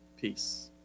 Peace